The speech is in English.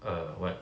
err what